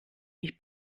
mich